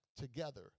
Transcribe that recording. together